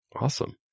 Awesome